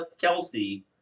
kelsey